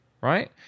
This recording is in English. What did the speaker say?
right